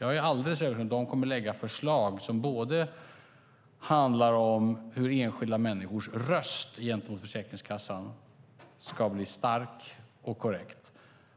Jag är alldeles övertygad om att de kommer att lägga fram förslag som handlar om hur enskilda människors röst gentemot Försäkringskassan ska bli stark och korrekt